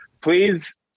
please